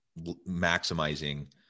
maximizing